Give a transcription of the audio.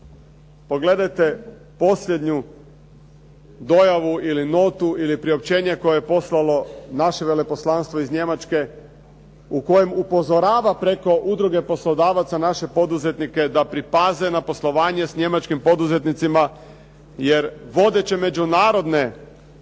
Pogledajte posljednju ili notu ili priopćenje koje je poslalo naše veleposlanstvo iz Njemačke u kojem upozorava preko udruge poslodavaca naše poduzetnike da pripaze na poslovanje s njemačkim poduzetnicima jer vodeće međunarodne kreditne